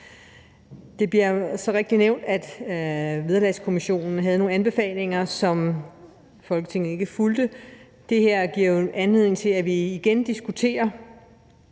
Som det så rigtigt bliver nævnt, havde Vederlagskommissionen nogle anbefalinger, som Folketinget ikke fulgte. Det her giver jo anledning til, at vi igen diskuterer,